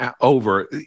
over